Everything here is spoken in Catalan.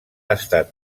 estat